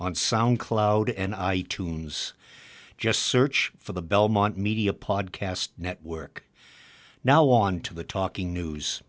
on sound cloud and i tunes just search for the belmont media podcast network now on to the talking news